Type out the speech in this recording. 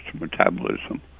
metabolism